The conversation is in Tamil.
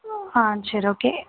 ஆ சரி ஓகே